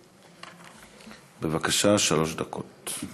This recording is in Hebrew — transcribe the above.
בבקשה, שלוש דקות.